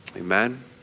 Amen